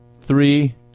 three